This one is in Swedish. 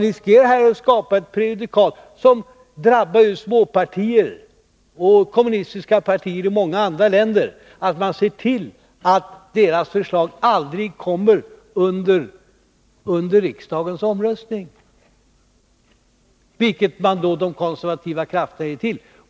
Risken är att detta skapar ett prejudikat som drabbar småpartier och kommunistiska partier i många andra länder, när man ser till att deras förslag aldrig kommer under riksdagens omröstning — något som de konservativa krafterna är för.